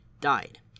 died